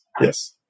yes